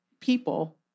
people